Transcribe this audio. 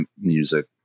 music